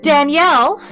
Danielle